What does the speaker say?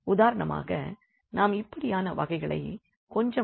உதாரணமாக நாம் இப்படியான வகைகளை கொஞ்சம் கழித்து இதனை விளக்குவோம்